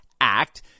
Act